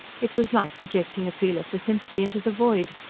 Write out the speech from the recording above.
it was like projecting a feeler for sympathy into the void,